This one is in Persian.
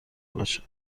باشد